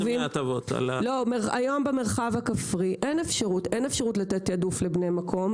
היום במרחב הכפרי אין אפשרות לתת תעדוף לבני המקום,